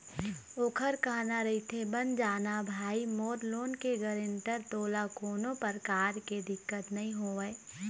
ओखर कहना रहिथे बन जाना भाई मोर लोन के गारेंटर तोला कोनो परकार के दिक्कत नइ होवय